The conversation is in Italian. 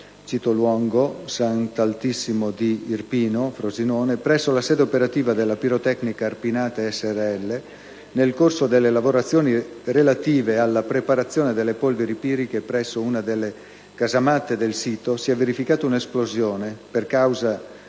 Citoluongo-Sant'Altissimo di Arpino, in provincia di Frosinone, presso la sede operativa della Pitocnica Arpinate srl, nel corso delle lavorazioni relative alla preparazione delle polveri piriche presso una delle casematte del sito, si è verificata un'esplosione, per cause